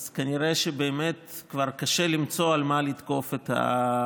אז כנראה שבאמת כבר קשה למצוא על מה לתקוף את הממשלה.